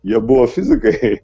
jie buvo fizikai